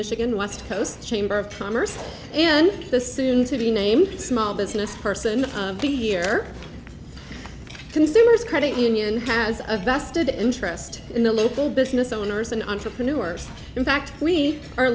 michigan west coast chamber of commerce and the soon to be named small business person here consumers credit union has a vested interest in the local business owners and entrepreneurs in fact we are